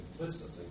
implicitly